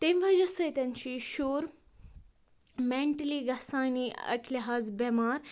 تَمۍ وَجہٕ سۭتۍ چھُ یہِ شُر مٮ۪نٹٕلی گژھان یہِ اَکہِ لہاز بٮ۪مار